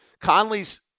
Conley's